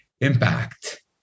impact